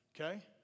Okay